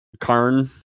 Karn